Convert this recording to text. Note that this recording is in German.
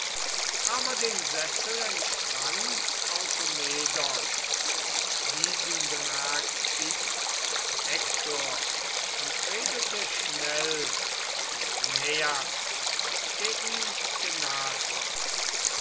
aber dem sessel entsprang automedon diesen bemerkt itzt hektor und redete schnell zu äneias der ihm genaht war